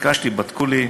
בדקו לי,